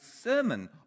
sermon